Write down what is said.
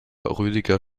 rüdiger